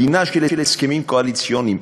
מדינה של הסכמים קואליציוניים.